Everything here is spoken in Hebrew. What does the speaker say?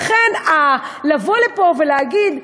לכן, לבוא לפה ולהגיד: